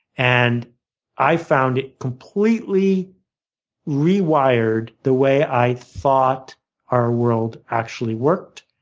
and i found it completely rewired the way i thought our world actually worked.